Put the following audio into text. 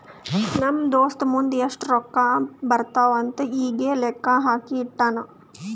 ನಮ್ ದೋಸ್ತ ಮುಂದ್ ಎಷ್ಟ ರೊಕ್ಕಾ ಬರ್ತಾವ್ ಅಂತ್ ಈಗೆ ಲೆಕ್ಕಾ ಹಾಕಿ ಇಟ್ಟಾನ್